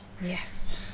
Yes